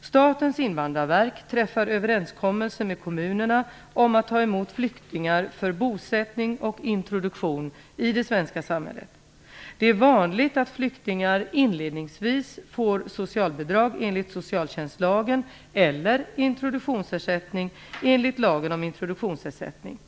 Statens invandrarverk träffar överenskommelser med kommunerna om att ta emot flyktingar för bosättning och introduktion i det svenska samhället. Det är vanligt att flyktingar inledningsvis får socialbidrag enligt socialtjänstlagen eller introduktionsersättning enligt lagen om introduktionsersättning.